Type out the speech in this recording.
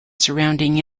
surrounding